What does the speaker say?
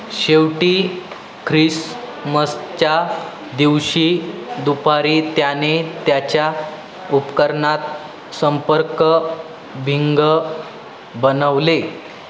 शेवटी ख्रिसमसच्या दिवशी दुपारी त्याने त्याच्या उपकरणात संपर्क भिंग बनवले